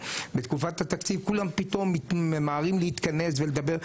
בתקופת התקציב כולם פתאום ממהרים להתכנס ולדבר.